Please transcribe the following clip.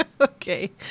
Okay